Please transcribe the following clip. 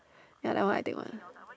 ya that one I take